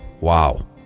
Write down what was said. wow